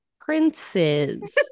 princes